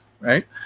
right